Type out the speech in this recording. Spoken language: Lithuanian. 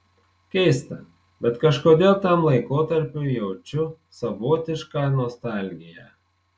keista bet kažkodėl tam laikotarpiui jaučiu savotišką nostalgiją